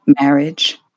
marriage